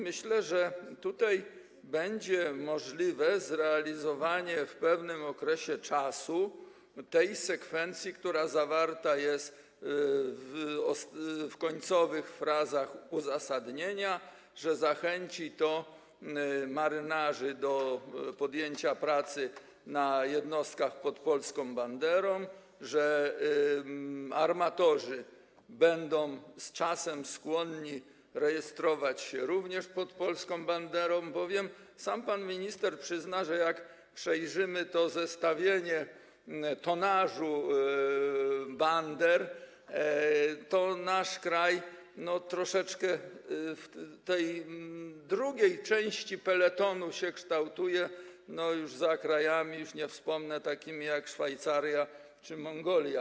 Myślę, że będzie możliwe zrealizowanie w pewnym okresie sekwencji, która jest zawarta w końcowych frazach uzasadnienia, tej zachęty marynarzy do podjęcia pracy na jednostkach pod polską banderą, że armatorzy będą z czasem skłonni rejestrować się również pod polską banderą, bowiem sam pan minister przyzna, że jak przejrzymy to zestawienie tonażu bander, to nasz kraj jest troszeczkę w tej drugiej części peletonu, tj. za krajami, już nie wspomnę, takimi jak Szwajcaria czy Mongolia.